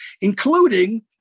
including